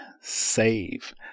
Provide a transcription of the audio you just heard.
save